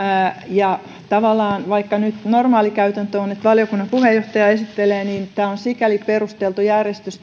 ja vaikka tavallaan nyt normaali käytäntö on että valiokunnan puheenjohtaja esittelee niin tämä on sikäli perusteltu järjestys